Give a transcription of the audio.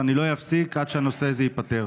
ואני לא אפסיק עד שהנושא הזה ייפתר.